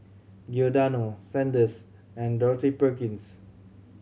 Giordano Sandisk and Dorothy Perkins